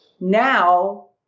Now